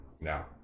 now